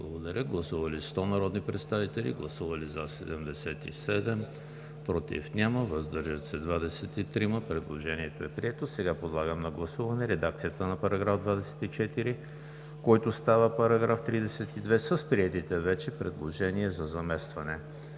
с „2010“. Гласували 100 народни представители: за 77, против няма, въздържали се 23. Предложението е прието. Сега подлагам на гласуване редакцията на § 24, който става § 32 с приетите вече предложения за заместване.